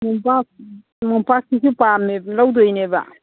ꯃꯣꯝꯄꯥꯛꯁꯤꯁꯨ ꯄꯥꯝꯃꯦ ꯂꯧꯗꯣꯏꯅꯦꯕ